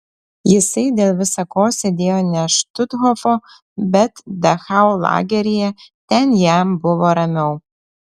jisai dėl visa ko sėdėjo ne štuthofo bet dachau lageryje ten jam buvo ramiau